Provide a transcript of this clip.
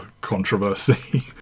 controversy